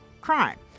crime